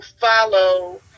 follow